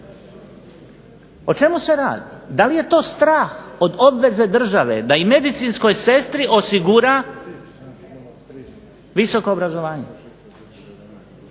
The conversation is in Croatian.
O čemu se radi, da li je to strah od obveze države da i medicinskoj sestri osigura visoko obrazovanje?